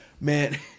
man